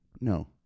no